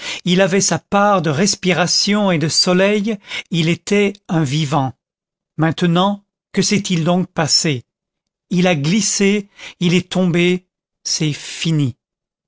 il avait sa part de respiration et de soleil il était un vivant maintenant que s'est-il donc passé il a glissé il est tombé c'est fini